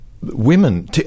women